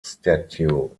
statue